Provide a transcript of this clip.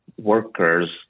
workers